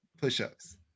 push-ups